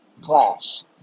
class